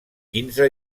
quinze